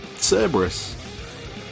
Cerberus